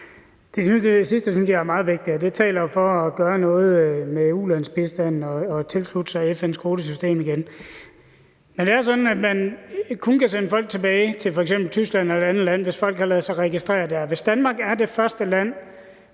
Det sidste synes jeg er meget vigtigt, og det taler jo for at gøre noget med ulandsbistanden og tilslutte sig FN's kvotesystem igen. Men er det sådan, at man kun kan sende folk tilbage til f.eks. Tyskland eller et andet land, hvis folk har ladet sig registrere sig der? Hvis Danmark er det første land,